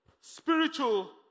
spiritual